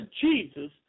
Jesus